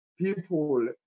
people